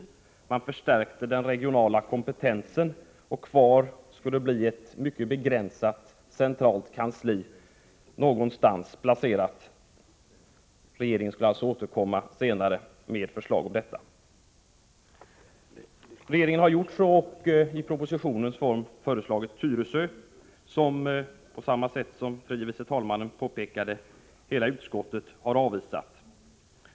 Man skulle förstärka den regionala kompetensen, och kvar skulle bli ett mycket begränsat centralt kansli någonstans. Regeringen skulle alltså återkomma senare med ett förslag härom. Regeringen har nu gjort så och i propositionens form föreslagit Tyresö. Som tredje vice talmannen påpekade har hela utskottet avvisat förslaget.